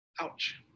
Ouch